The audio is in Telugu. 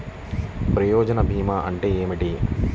ప్రయోజన భీమా అంటే ఏమిటి?